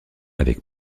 avec